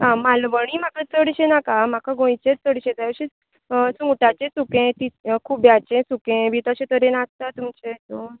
आं मालवणी म्हाका चडशें नाका म्हाका गोंयचेंच चडशें जाय अशें सुंगटांचें सुकें तिस खुब्यांचें सुकें बी तशें तरेन आसता तुमचें जेवण